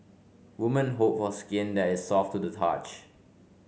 women hope for skin that is soft to the touch